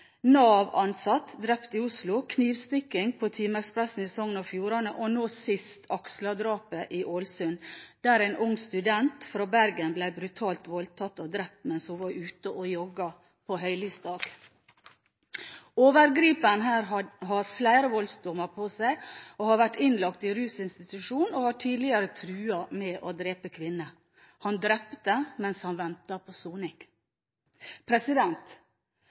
drept i Oslo, knivstikking på TIMEkspressen i Sogn og Fjordane og, nå sist, Aksla-drapet i Ålesund, der en ung student fra Bergen ble brutalt voldtatt og drept mens hun var ute og jogget på høylys dag. Overgriperen her har flere voldsdommer på seg, har vært innlagt i rusinstitusjon og har tidligere truet med å drepe kvinner. Han drepte mens han ventet på